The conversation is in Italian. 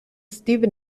steve